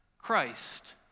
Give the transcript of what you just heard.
Christ